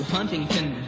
Huntington